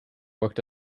worked